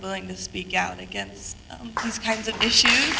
willing to speak out against these kinds of issues